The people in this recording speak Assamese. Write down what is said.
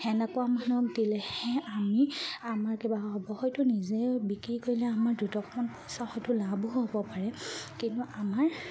সেনেকুৱা মানুহক দিলেহে আমি আমাৰ কিবা হ'ব হয়তো নিজে বিক্ৰী কৰিলে আমাৰ দুটখন পইচা হয়তো লাভো হ'ব পাৰে কিন্তু আমাৰ